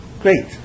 Great